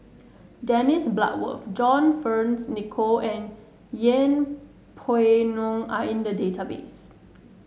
Dennis Bloodworth John Fearns Nicoll and Yeng Pway Ngon are in the database